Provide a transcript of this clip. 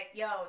yo